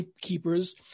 Keepers